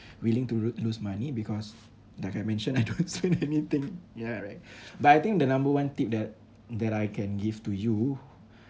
willing to lo~ lose money because like I mentioned I don't spend anything ya right but I think the number one tip that that I can give to you